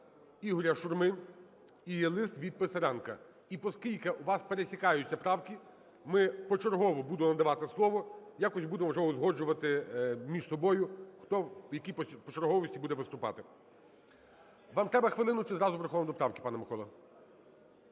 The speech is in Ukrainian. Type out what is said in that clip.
Ігоря Шурми і лист від Писаренка. І поскільки у вас пересікаються правки, ми почергово будемо надавати слово, якось будемо вже узгоджувати між собою, хто в якій почерговості буде виступати. Вам треба хвилину чи зразу враховуємо правки, пане Миколо?